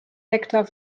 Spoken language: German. hektar